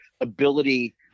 ability